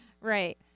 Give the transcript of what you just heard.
right